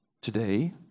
today